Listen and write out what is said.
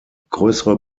größere